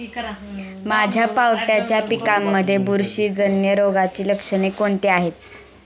माझ्या पावट्याच्या पिकांमध्ये बुरशीजन्य रोगाची लक्षणे कोणती आहेत?